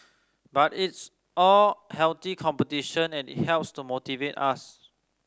but it's all healthy competition and it helps to motivate us